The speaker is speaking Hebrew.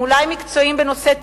הם אולי מקצועיים בנושא תחקור,